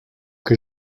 que